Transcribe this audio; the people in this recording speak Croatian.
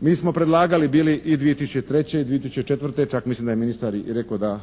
Mi smo predlagali bili i 2003., 2004.